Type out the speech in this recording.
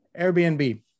Airbnb